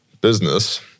Business